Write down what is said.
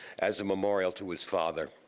as a memorial to his father.